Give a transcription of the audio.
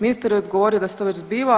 Ministar je odgovorio da se to već zbiva.